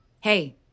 Hey